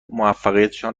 موفقیتشان